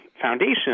foundation